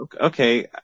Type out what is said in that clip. okay